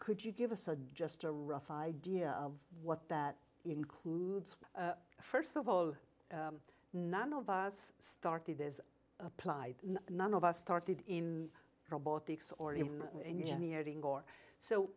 could you give us a just a rough idea of what that includes st of all none of us started this applied none of us started in robotics or in engineering or so